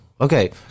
Okay